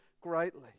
greatly